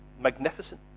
magnificent